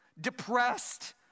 depressed